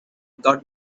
got